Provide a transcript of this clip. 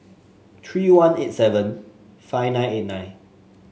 three one eight seven five nine eight nine